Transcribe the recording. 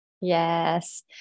Yes